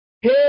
Hey